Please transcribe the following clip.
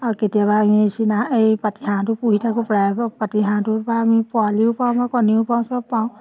আৰু কেতিয়াবা আমি চীনা এই পাতি হাঁহটো পুহি থাকোঁ প্ৰায়ভাগ পাতি হাঁহটোৰ পৰা আমি পোৱালিও পাওঁ আমাৰ কণীও পাওঁ সব পাওঁ